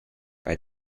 bei